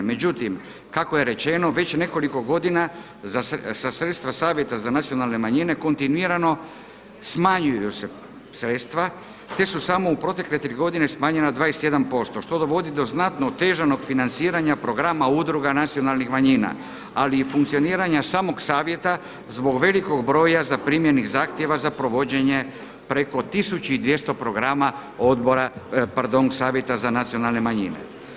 Međutim, kako je rečeno već nekoliko godina za sredstva Savjeta za nacionalne manjine kontinuirano smanjuju se sredstva, te su samo u protekle tri godine smanjena na 21% što dovodi do znatno otežanog financiranja programa udruga nacionalnih manjina, ali i funkcioniranja samog savjeta zbog velikog broja zaprimljenih zahtjeva za provođenje preko 1200 programa odbora, pardon Savjeta za nacionalne manjine.